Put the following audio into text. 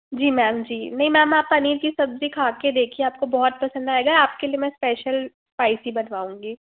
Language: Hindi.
जी मेम जी नहीं मेम आप पनीर की सब्जी खा के देखिए आपको बहुत पसंद आएगा आपके लिए मैं स्पेशल स्पाईसी बनवाऊँगी